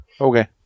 Okay